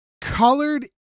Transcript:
colored